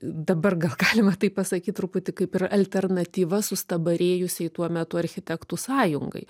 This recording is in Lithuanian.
dabar gal galima taip pasakyt truputį kaip ir alternatyva sustabarėjusiai tuo metu architektų sąjungai